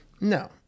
no